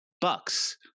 Bucks